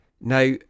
Now